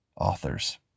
authors